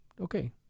Okay